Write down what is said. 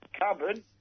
cupboard